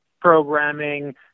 programming